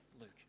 Luke